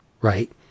right